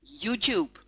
YouTube